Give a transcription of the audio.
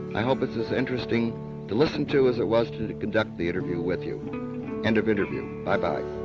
i hope it's as interesting to listen to as it was to to conduct the interview with you end of interview, bye, bye.